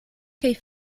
kaj